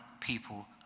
people